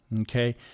Okay